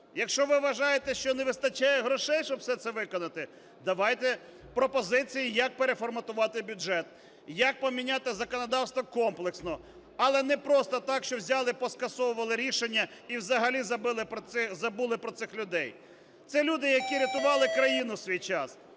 Якщо ви вважаєте, що не вистачає грошей, щоб все це виконати, давайте пропозиції як переформатувати бюджет, як поміняти законодавство комплексно. Але не просто так, що взяли поскасовували рішення і взагалі забули про цих людей. Це люди, які рятували країну у свій час